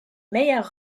meilleur